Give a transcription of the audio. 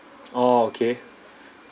oh okay